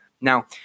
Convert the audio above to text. Now